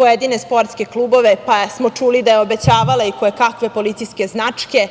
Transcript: pojedine sportske klubove, pa smo čuli da je obećavala i kojekakve policijske značke,